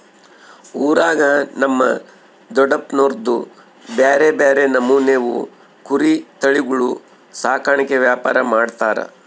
ಊರಾಗ ನಮ್ ದೊಡಪ್ನೋರ್ದು ಬ್ಯಾರೆ ಬ್ಯಾರೆ ನಮೂನೆವು ಕುರಿ ತಳಿಗುಳ ಸಾಕಾಣಿಕೆ ವ್ಯಾಪಾರ ಮಾಡ್ತಾರ